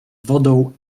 wodą